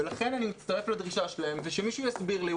לכן אני מצטרף לדרישה שלהם ושמישהו יסביר לי.